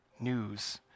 news